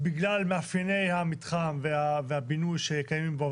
בגלל מאפייני המתחם והבינוי שקיימים בו,